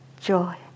joy